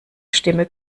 stimme